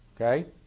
Okay